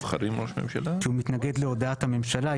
שהוא מתנגד להודעת הממשלה,